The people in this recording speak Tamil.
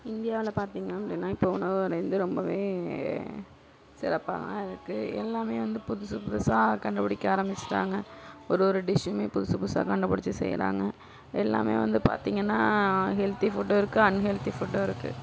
இந்தியாவில் பார்த்தீங்க அப்படின்னா இப்போ உணவுமுறை வந்து ரொம்பவே சிறப்பாக தான் இருக்குது எல்லாமே வந்து புதுசு புதுசாக கண்டுபிடிக்க ஆரம்மிச்சிட்டாங்க ஒரு ஒரு டிஷ்ஷுமே புதுசு புதுசாக கண்டுபிடுச்சி செய்கிறாங்க எல்லாமே வந்து பார்த்தீங்கன்னா ஹெல்த்தி ஃபுட்டும் இருக்குது அன்ஹெல்த்தி ஃபுட்டும் இருக்குது